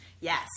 Yes